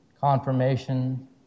confirmation